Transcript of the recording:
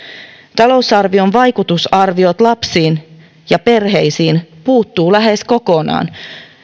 talousarvion vaikutusarviot lapsiin ja perheisiin puuttuvat lähes kokonaan